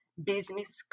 business